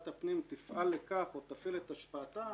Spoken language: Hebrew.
הפנים תפעל לכך או תפעיל את השפעתה